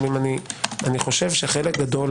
אני חושב שחלק גדול